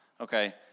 okay